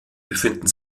befinden